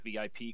VIP